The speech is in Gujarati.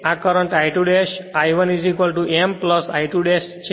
આ કરંટ I2 ' I1 m 2 ' છે